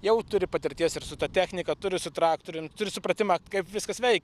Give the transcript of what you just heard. jau turi patirties ir su ta technika turi su traktorium turi supratimą kaip viskas veikia